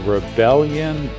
Rebellion